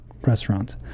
restaurant